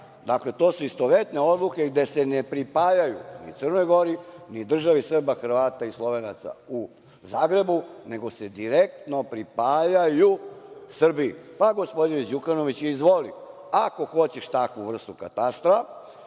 Baranju. To su istovetne odluke gde se ne pripajaju ni Crnoj Gori, ni Državi Srba, Hrvata i Slovenaca u Zagrebu, nego se direktno pripajaju Srbiji. Pa, gospodine Đukanoviću, izvoli, ako hoćeš takvu vrstu katastra,